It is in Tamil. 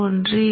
எனவே மைனஸ் 0